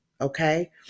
okay